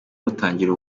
mutangira